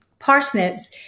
parsnips